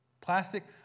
Plastic